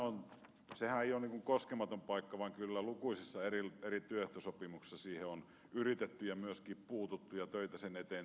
sehän ei ole koskematon paikka vaan kyllä lukuisissa eri työehtosopimuksissa siihen on yritetty puuttua ja myöskin puututtu ja töitä sen eteen tehty